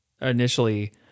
initially